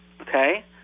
Okay